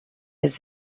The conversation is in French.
les